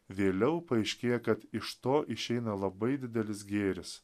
vėliau paaiškėja kad iš to išeina labai didelis gėris